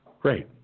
great